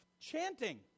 chanting